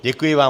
Děkuji vám.